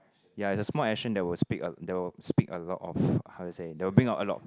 ya it's a small action that will speak a that will speak a lot of how to say that will bring out a lot